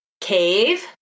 cave